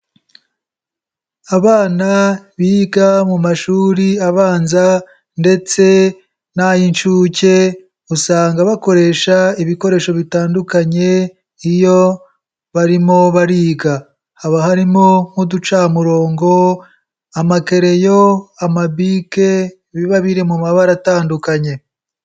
Abana biga mu mashuri abanza ndetse n'ay'inshuke usanga bakoresha ibikoresho bitandukanye iyo barimo bariga, haba harimo nk'uducamurongo, amakereyo, amabike biba biri mu mabara atandukanye.